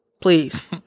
please